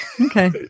Okay